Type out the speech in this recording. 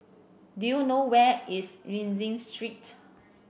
do you know where is Rienzi Street